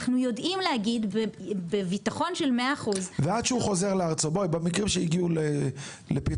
אנחנו יודעים להגיד את זה בביטחון של 100%. במקרים שהגיעו לפתחך,